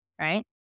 right